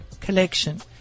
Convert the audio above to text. collection